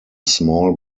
small